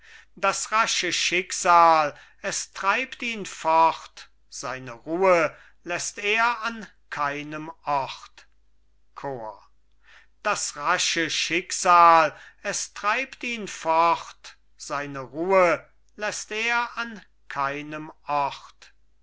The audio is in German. das rasche schicksal es treibt ihn fort seine ruh läßt er an keinem ort chor das rasche schicksal es treibt ihn fort seine ruh läßt er an keinem ort